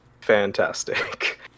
fantastic